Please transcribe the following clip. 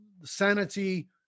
sanity